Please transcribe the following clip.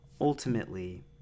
ultimately